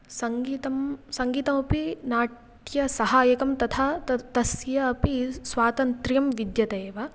सङ्गीतं सङ्गीतमपि नाट्यसहाय्यकं तथा त तस्य अपि स्वातन्त्र्यं विद्यते एव